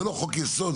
זה לא חוק יסוד,